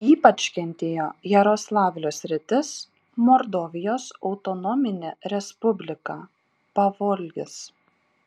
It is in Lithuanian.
ypač kentėjo jaroslavlio sritis mordovijos autonominė respublika pavolgis